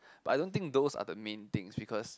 but I don't think those are the main thing because